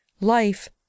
Life